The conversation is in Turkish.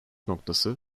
noktası